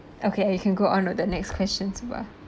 okay you can go on with the next question suba